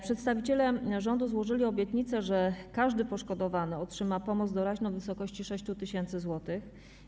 Przedstawiciele rządu złożyli obietnicę, że każdy poszkodowany otrzyma pomoc doraźną w wysokości 6 tys. zł.